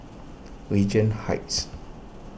Regent Heights